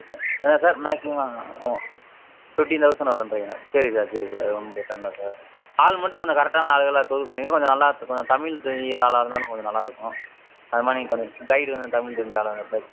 ஆ ஆ sir maximum fifteen thousand வருங்றீங்களா சரி சார் சரி சார் ஒன்றும் பிரச்சின இல்லை சார் ஆள் மட்டும் கொஞ்சம் கரெக்டான ஆளுங்களாக சூஸ் பண்ணீங்கன்னால் கொஞ்சம் நல்லாயிருக்கும் தமிழ் தெரிகிற ஆளாக இருந்தால் இன்னும் கொஞ்சம் நல்லாயிருக்கும் அதுமாதிரி கைடு வேணும் தமிழ் தெரிஞ்ச ஆளாக அப்படியே